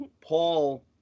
Paul